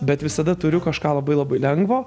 bet visada turiu kažką labai labai lengvo